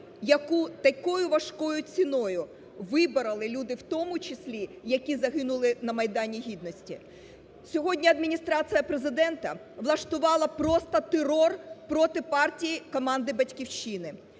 яку такою важкою ціною вибороли люди, в тому числі які загинули на Майдані Гідності. Сьогодні Адміністрація Президента влаштувала просто терор проти партії команди "Батьківщини".